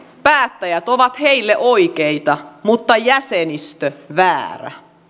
päättäjät ovat heille oikeita mutta jäsenistö väärä